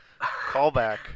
Callback